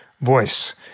voice